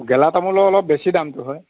গেলা তামোলৰ অলপ বেছি দামটো হয়